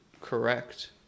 correct